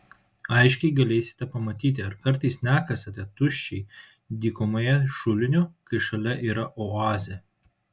aiškiai galėsite pamatyti ar kartais nekasate tuščiai dykumoje šulinio kai šalia yra oazė